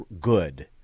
good